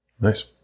Nice